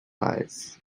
eyes